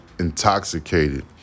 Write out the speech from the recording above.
Intoxicated